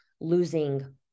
losing